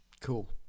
Cool